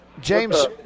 James